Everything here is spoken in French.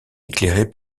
éclairé